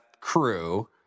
crew